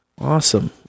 Awesome